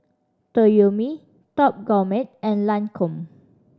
Toyomi Top Gourmet and Lancome